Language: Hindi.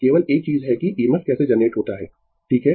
केवल एक चीज है कि EMF कैसे जनरेट होता है ठीक है